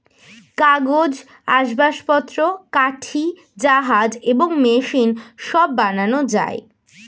কাগজ, আসবাবপত্র, কাঠি, জাহাজ এবং মেশিন সব বানানো যায়